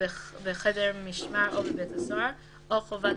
בחדר משמר או בבית סוהר או חובת